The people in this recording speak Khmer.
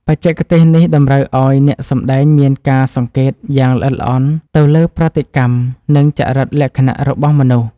បច្ចេកទេសនេះតម្រូវឱ្យអ្នកសម្តែងមានការសង្កេតយ៉ាងល្អិតល្អន់ទៅលើប្រតិកម្ម និង ចរិតលក្ខណៈរបស់មនុស្ស។